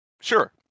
Sure